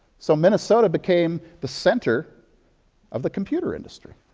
so minnesota became the center of the computer industry.